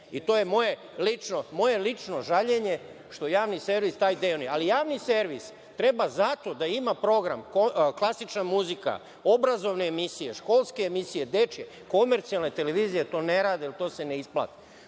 i to je moje lično žaljenje što Javni servis… Javni servis treba zato da ima program – klasična muzika, obrazovne emisije, školske emisije, dečije. Komercijalne televizije to ne rade, jer se ne isplati. Prema